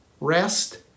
Rest